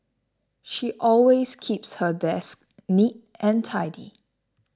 she always keeps her desk neat and tidy